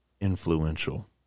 influential